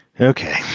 Okay